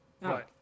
Right